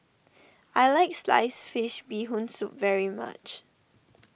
I like Sliced Fish Bee Hoon Soup very much